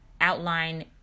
outline